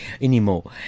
anymore